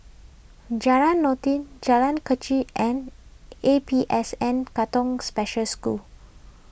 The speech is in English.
Jalan Noordin Jalan Kechil and A P S N Katong Special School